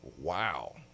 Wow